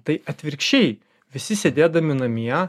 tai atvirkščiai visi sėdėdami namie